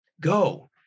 go